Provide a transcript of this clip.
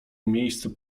miejsce